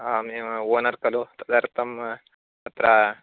आम् एवमेव ओनर् खलु तदर्थं अत्र